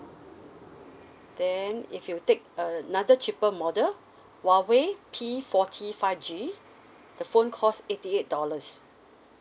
then if you take another cheaper model Huawei P forty five G the phone cost eighty eight dollars